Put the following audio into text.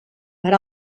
per